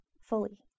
fully